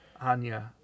Anya